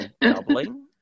doubling